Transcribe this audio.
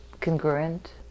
congruent